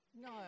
No